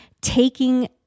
taking